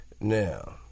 Now